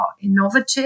innovative